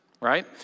right